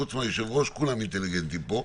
חוץ מהיושב-ראש כולם אינטליגנטיים פה.